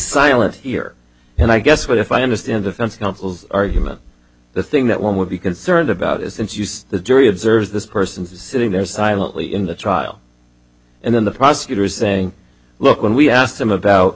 silent here and i guess what if i understand defense counsel's argument the thing that one would be concerned about is this use the jury observes this person sitting there silently in the trial and then the prosecutor is saying look when we asked him about